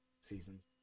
Seasons